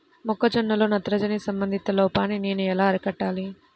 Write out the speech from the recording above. మొక్క జొన్నలో నత్రజని సంబంధిత లోపాన్ని నేను ఎలా అరికట్టాలి?